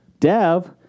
Dev